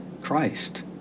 Christ